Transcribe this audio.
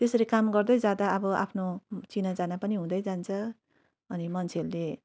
त्यसरी काम गर्दै जाँदा अब आफ्नो चिनाजना पनि हुँदै जान्छ अनि मान्छेहरूले